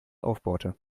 aufbohrte